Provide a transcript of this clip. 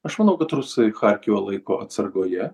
aš manau kad rusai charkivą laiko atsargoje